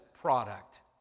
product